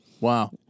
wow